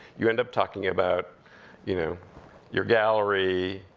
you end up talking about you know your gallery,